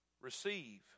receive